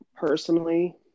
Personally